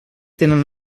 tenen